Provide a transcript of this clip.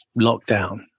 lockdown